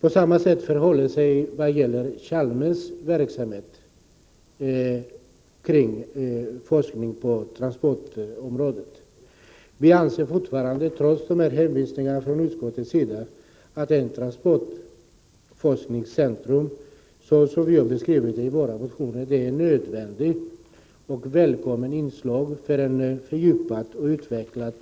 På samma sätt förhåller det sig med den forskning på transportområdet som bedrivs vid Chalmers tekniska högskola. Vi anser fortfarande trots dessa hänvisningar från utskottet att ett transporttekniskt centrum enligt vår motion vore ett nödvändigt och välkommet inslag för en fördjupad och utvecklad